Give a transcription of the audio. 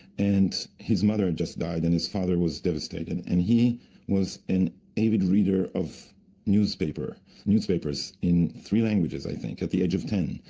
and his mother and just died, and his father was devastated and he was an avid reader of newspapers, in three languages, i think, at the age of ten,